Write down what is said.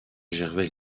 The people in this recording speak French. gervais